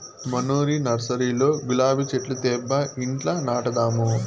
మనూరి నర్సరీలో గులాబీ చెట్లు తేబ్బా ఇంట్ల నాటదాము